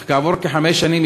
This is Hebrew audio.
אך כעבור כחמש שנים,